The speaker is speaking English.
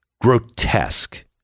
grotesque